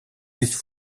sich